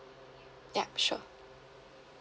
yup sure